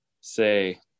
say